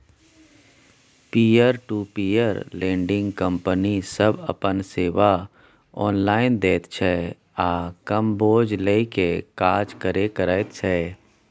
peer to peer lending company सब अपन सेवा ऑनलाइन दैत छै आ कम बोझ लेइ के काज करे करैत छै